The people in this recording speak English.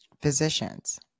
physicians